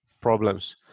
problems